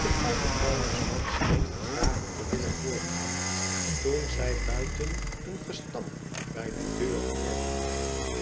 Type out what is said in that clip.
de gouden vuilnisman scheen met vragen te willen voortgaan toen zij buiten een gestamp bij de deur hoorden